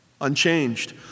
unchanged